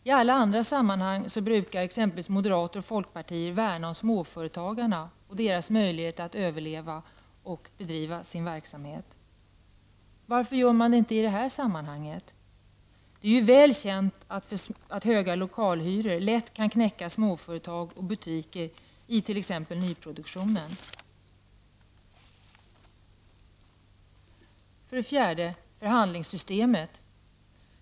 I alla andra sammanhang brukar moderater och folkpartister värna om småföretagarna och deras möjligheter att överleva och bedriva sin verksamhet. Varför gör ni inte det i det här sammanhanget? Det är mycket väl känt att höga lokalhyror lätt kan knäcka småföretag och butiker i t.ex. nyproduktionen. För det fjärde gäller det förhandlingssystemet.